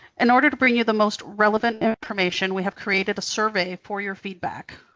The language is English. in order to bring you the most relevant information, we have created a survey for your feedback.